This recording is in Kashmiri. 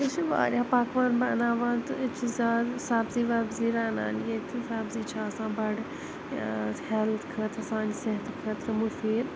أسۍ چھِ واریاہ پَکوان بَناوان تہٕ أسۍ چھِ زیادٕ سبزی وبزی رَنان ییٚتہِ سبزی چھِ آسان بَڑٕ ہٮ۪لٕتھ خٲطرٕ سانہِ صحتہٕ خٲطرٕ مُفیٖد